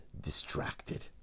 distracted